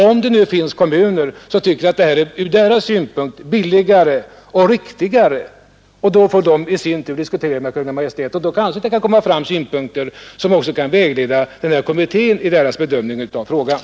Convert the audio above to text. Om det finns kommuner som tycker att den ordning jag skisserat är ur deras synpunkt billigare och riktigare, så får de diskutera med Kungl. Maj:t, och då kanske det kommer fram synpunkter som kan vägleda kommittén i dess bedömning av frågan.